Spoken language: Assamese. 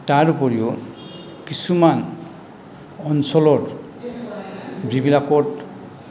তাৰ উপৰিও কিছুমান অঞ্চলত যিবিলাকত